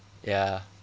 ya